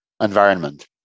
environment